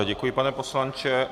Děkuji, pane poslanče.